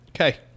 okay